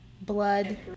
Blood